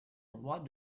roi